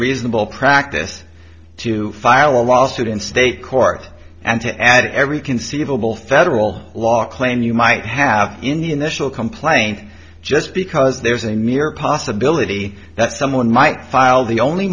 reasonable practice to file a lawsuit in state court and to add every conceivable federal law claim you might have in the initial complaint just because there's a mere possibility that someone might file the only